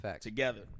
together